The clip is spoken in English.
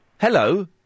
Hello